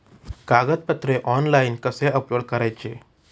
कागदपत्रे ऑनलाइन कसे अपलोड करायचे?